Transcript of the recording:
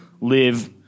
live